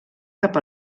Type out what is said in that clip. cap